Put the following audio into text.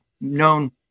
known